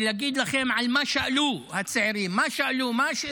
ולהגיד לכם מה שאלו הצעירים, מה השאלות